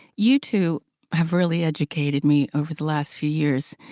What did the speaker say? you two have really educated me over the last few years,